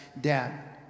Dad